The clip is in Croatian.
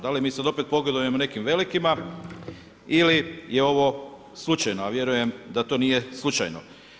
Da li mi sada opet pogodujemo nekim velikima ili je ovo slučajno, a vjerujem da to nije slučajno.